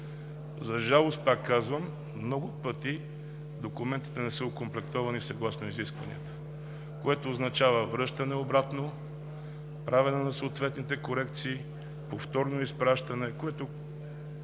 За жалост, много пъти документите не са окомплектовани съгласно изисванията, което означава връщане обратно, правене на съответните корекции, повторно изпращане. Както